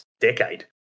decade